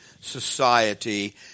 society